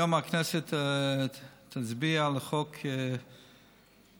היום הכנסת תצביע על חוק הגיוס.